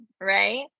right